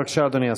בבקשה, אדוני השר.